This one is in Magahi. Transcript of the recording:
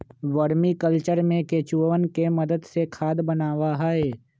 वर्मी कल्चर में केंचुवन के मदद से खाद बनावा हई